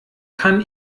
kann